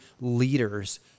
leaders